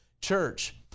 Church